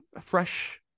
fresh